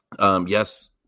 yes